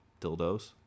dildos